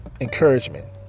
encouragement